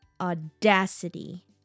audacity